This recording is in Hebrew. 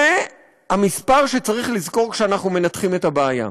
זה המספר שצריך לזכור כשאנחנו מנתחים את הבעיה.